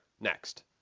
Next